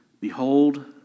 Behold